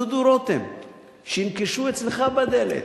דודו רותם, שינקשו אצלך בדלת,